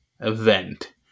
event